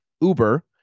Uber